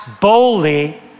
boldly